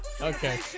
Okay